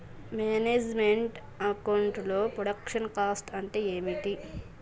Manage meant account లో production cost అంటే ఏమిటి?